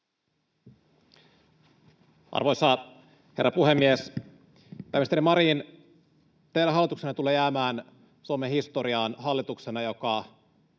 Arvoisa herra puhemies! Pääministeri Marin, teidän hallituksenne tulee jäämään Suomen historiaan hallituksena,